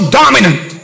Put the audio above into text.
dominant